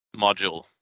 module